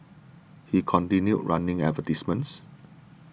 he continued running advertisements